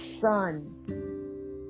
son